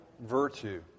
virtue